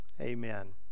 Amen